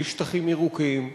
בלי שטחים ירוקים,